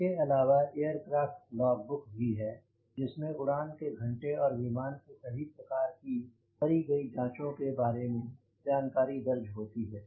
इसके अलावा aircraft log book भी है जिसमे उड़ान के घंटे और विमान की सभी प्रकार की करी गयी जांचों का बारे जानकारी दर्ज होती है